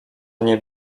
nie